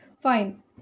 Fine